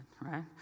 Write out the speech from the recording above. right